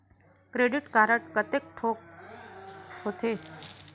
Credit card कतेक ठोक होथे?